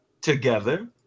together